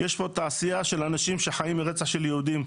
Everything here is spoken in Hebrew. יש פה תעשייה של אנשים שחיים מרצח של יהודים,